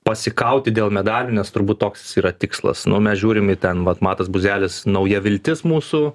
pasikauti dėl medalių nes turbūt toks yra tikslas nu mes žiūrim į ten vat matas buzelis nauja viltis mūsų